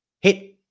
Hit